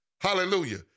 Hallelujah